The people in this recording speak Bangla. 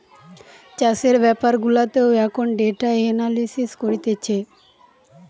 চাষের বেপার গুলাতেও এখন ডেটা এনালিসিস করতিছে